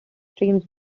streams